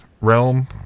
realm